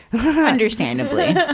Understandably